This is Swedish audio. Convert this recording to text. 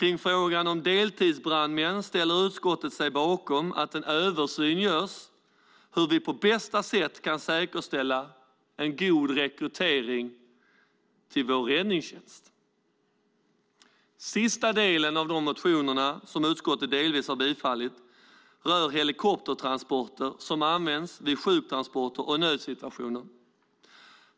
I frågan om deltidsbrandmän ställer sig utskottet bakom att en översyn görs av hur vi på bästa sätt kan säkerställa en god rekrytering till vår räddningstjänst. De motioner som utskottet delvis tillstyrker rör helikoptertransporter som används vid sjuktransporter och nödsituationer.